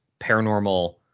paranormal